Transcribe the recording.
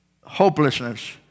hopelessness